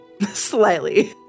slightly